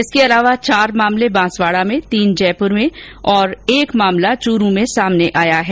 इसके अलावा चार मामले बांसवाडा में तीन जयपुर में और एक मामला चुरू में सामने आया है